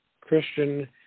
Christian